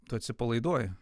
tu atsipalaiduoji